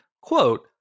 Quote